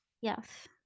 yes